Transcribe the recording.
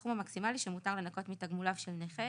הסכום המקסימלי שמותר לנכות מתגמוליו של נכה